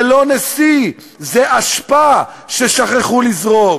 זה לא נשיא, זה אשפה ששכחו לזרוק.